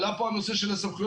עלה פה הנושא של סמכויות,